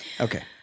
Okay